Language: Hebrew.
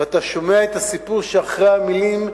ואתה שומע את הסיפור שמאחורי המלים,